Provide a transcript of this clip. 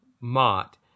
Mott